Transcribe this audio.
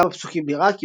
מכמה פסוקים נראה,